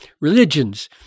religions